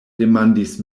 demandis